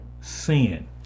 sin